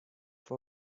for